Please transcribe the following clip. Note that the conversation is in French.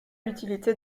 l’utilité